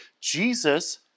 Jesus